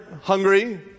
hungry